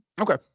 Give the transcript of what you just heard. Okay